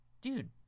dude